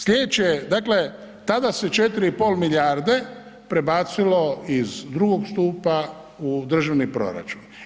Slijedeće, dakle tada se 4,5 milijarde prebacilo iz II. stupa u državni proračun.